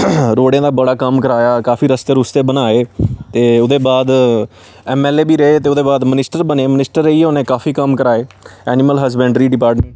रोड़ें दा बड़ा कम्म कराया काफी रस्ते रुस्ते बनाए ते ओह्दे बाद एम एल ए बी रेह् ते ओह्दे बाद मिनिस्टर बने मिनिस्टर रेहियै उनें काफी कम्म कराए ऐनिमल हसबैंडरी डिपार्टमेंट च काफी कम्म करया उनें ते ओह्द बाद साढ़े इद्धरा दे फेमस लीडर जेह्ड़े न